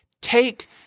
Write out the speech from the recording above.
take